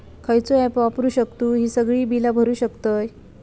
खयचा ऍप वापरू शकतू ही सगळी बीला भरु शकतय?